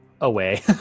away